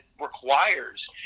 requires